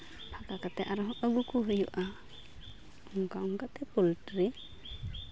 ᱯᱷᱟᱸᱠᱟ ᱠᱟᱛᱮᱫ ᱟᱨᱦᱚᱸ ᱟᱹᱜᱩ ᱠᱚ ᱦᱩᱭᱩᱜᱼᱟ ᱚᱱᱠᱟ ᱚᱱᱠᱟᱛᱮ ᱯᱳᱞᱴᱨᱤ